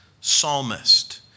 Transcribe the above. psalmist